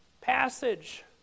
passage